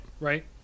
Right